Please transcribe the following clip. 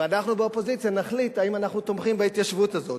ואנחנו באופוזיציה נחליט האם אנחנו תומכים בהתיישבות הזאת.